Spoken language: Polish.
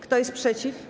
Kto jest przeciw?